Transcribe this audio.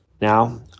Now